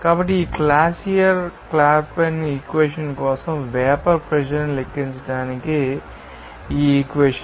కాబట్టి ఈ Clausius Clapeyron equation కోసం వేపర్ ప్రెషర్ న్ని లెక్కించడానికి ఈ ఇక్వేషన్ ఉపయోగించబడుతుంది